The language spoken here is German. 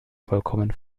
vollkommen